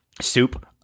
soup